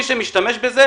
מי שמשתמש בזה,